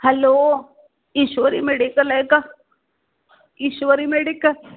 hello Ishwari medical आहे का Ishwari medical